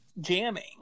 jamming